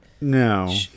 No